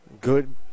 good